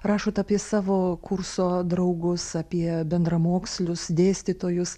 rašot apie savo kurso draugus apie bendramokslius dėstytojus